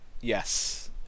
Yes